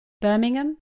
Birmingham